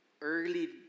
early